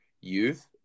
youth